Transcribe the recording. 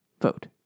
Vote